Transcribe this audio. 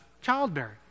childbearing